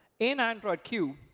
in android q,